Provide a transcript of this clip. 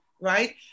right